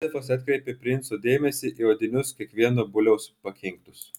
jozefas atkreipė princo dėmesį į odinius kiekvieno buliaus pakinktus